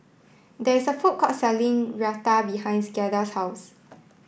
there is a food court selling Raita behind Giada's house